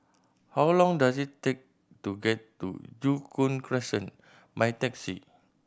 how long does it take to get to Joo Koon Crescent by taxi